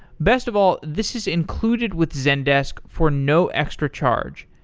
best of all, this is included with zendesk for no extra charge.